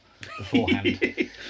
beforehand